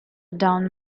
down